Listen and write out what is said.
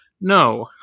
No